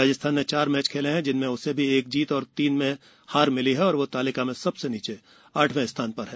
राजस्थान ने चार मैच खेले हैं जिनमें उसे भी एक जीत और तीन में हार मिली है और वह तालिका में सबसे नीचे आठवें स्थान प्र है